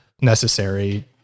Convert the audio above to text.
necessary